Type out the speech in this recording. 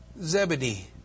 Zebedee